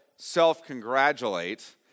self-congratulate